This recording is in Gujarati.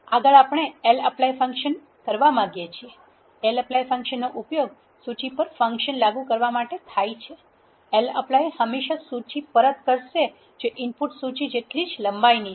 આગળ આપણે lapply ફંક્શન કરવા માગીએ છીએ lapply ફંક્શનનો ઉપયોગ સૂચિ પર ફંક્શન લાગુ કરવા માટે થાય છે lapply હંમેશાં સૂચિ પરત કરશે જે ઇનપુટ સૂચિ જેટલી જ લંબાઈની છે